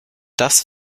das